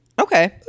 Okay